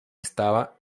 estaba